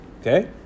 Okay